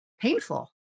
painful